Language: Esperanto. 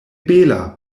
bela